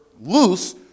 loose